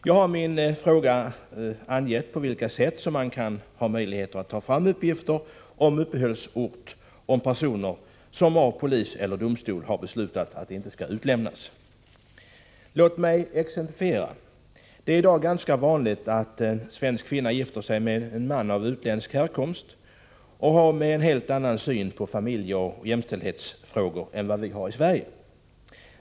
Jag har i min fråga angett på vilka sätt man har möjlighet att ta fram uppgifter om uppehållsort för personer som polis eller domstol har beslutat inte skall utlämnas. Låt mig exemplifiera. Det är i dag ganska vanligt att en svensk kvinna gifter sig med en man av utländsk härkomst och med en helt annan syn på familjeoch jämställdhetsfrågor än vad vi har i Sverige.